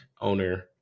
owner